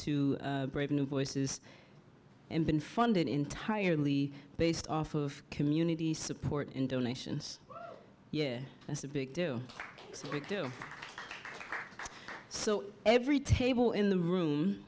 to brave new voices and been funded entirely based off of community support and donations yeah that's a big do it do so every table in the room